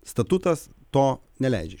statutas to neleidžia